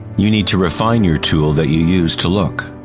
you need to refine your tool that you use to look.